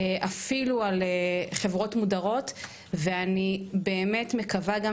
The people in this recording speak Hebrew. אפילו על חברות מודרות ואני באמת מקווה גם